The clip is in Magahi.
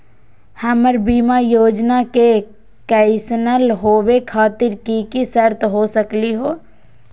हमर बीमा योजना के कैन्सल होवे खातिर कि कि शर्त हो सकली हो?